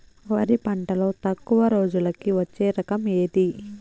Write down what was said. వరి పంటలో తక్కువ రోజులకి వచ్చే రకం ఏది?